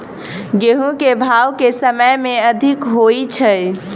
गेंहूँ केँ भाउ केँ समय मे अधिक होइ छै?